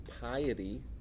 piety